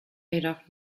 jedoch